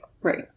right